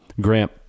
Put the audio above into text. Grant